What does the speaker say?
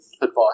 advice